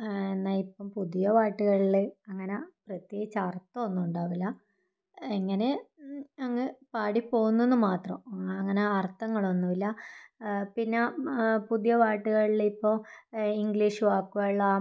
ആ എന്നാൽ ഇപ്പം പുതിയ പാട്ടുകളില് അങ്ങന പ്രത്യേകിച്ച് അർത്ഥമൊന്നും ഉണ്ടാവില്ല ഇങ്ങനെ അങ്ങ് പാടി പോകുന്നുവെന്ന് മാത്രം അങ്ങനെ അർഥങ്ങളൊന്നുമില്ല പിന്നെ പുതിയ പാട്ടുകളിലിപ്പോൾ ഇംഗ്ലീഷ് വാക്കുകള്